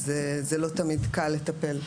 אז זה לא תמיד קל לטיפול.